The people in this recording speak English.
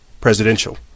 presidential